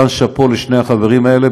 כאן שאפו לשני החברים האלה,